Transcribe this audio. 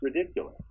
ridiculous